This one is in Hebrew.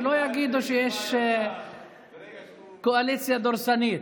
שלא יגידו שיש קואליציה דורסנית.